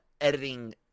editing